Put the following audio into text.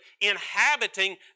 inhabiting